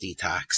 Detox